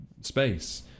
space